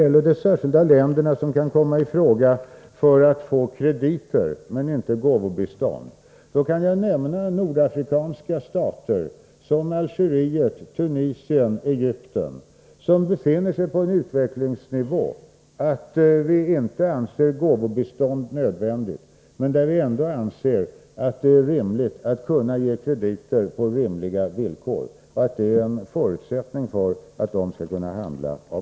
Bland de särskilda länder som kan komma i fråga för krediter men inte gåvobistånd kan jag nämna nordafrikanska stater som Algeriet, Tunisien och Egypten. De befinner sig på en sådan utvecklingsnivå att vi inte anser gåvobistånd nödvändigt. Däremot menar vi att de bör kunna ges krediter på rimliga villkor — och det är en förutsättning för att de skall kunna handla av OSS.